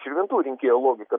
širvintų rinkėjo logika